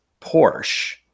Porsche